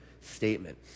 statement